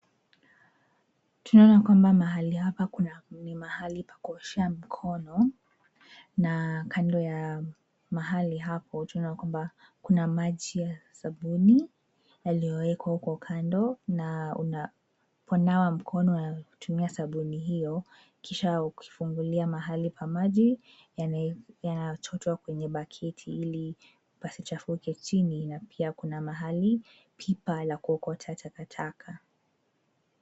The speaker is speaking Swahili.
Tunaona kwamba mahali hapa ni mahali pa kuoshea mkono na kando ya mahali hapo tunaona ya kwamba kuna maji ya sabuni yaliyowekwa huko kando na unapo nawa mkono ya kutumia maji hio kisha ukifungulia mahali pa maji yanayochotwa kwenye baketi ili pasichafuke chini na pia kuna mahali pipa la kuokota takataka.